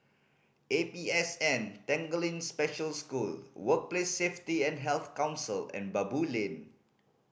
A P S N Tanglin Special School Workplace Safety and Health Council and Baboo Lane